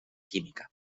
química